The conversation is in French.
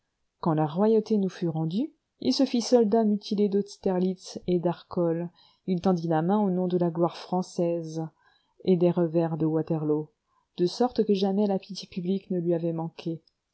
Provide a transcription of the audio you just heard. quand la royauté nous fut rendue il se fit soldat mutilé d'austerlitz et d'arcole il tendit la main au nom de la gloire française et des revers de waterloo de sorte que jamais la pitié publique ne lui avait manqué